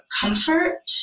comfort